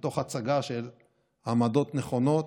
ותוך הצגה של עמדות נכונות.